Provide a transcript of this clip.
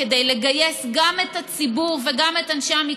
כדי לגייס גם את הציבור וגם את אנשי המקצוע,